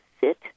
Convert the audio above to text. sit